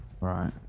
Right